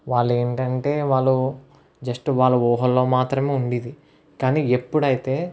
వాళ్ళు ఏంటంటే వాళ్ళు జస్ట్ వాళ్ళు ఊహల్లో మాత్రమే ఉండేది కానీ ఎప్పుడైతే